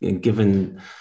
Given